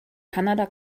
kanada